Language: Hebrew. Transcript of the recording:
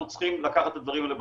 צריכים לקחת את הדברים האלה בחשבון.